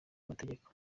amategeko